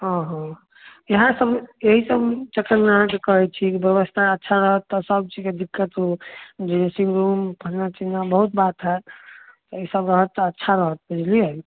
हँ हँ इहाँ सभ एहि सभ चक्करमे अहाँकऽ कहैत छी कि ब्यवस्था अच्छा रहत तऽ सभचीजके दिक्कत हो जे ए सी रूम फल्लाँ चिल्ला बहुत बात हइ ई सभ रहत तऽ अच्छा रहत बुझलियै